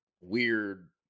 weird